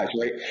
right